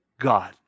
God